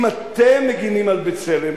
אם אתם מגינים על "בצלם",